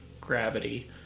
gravity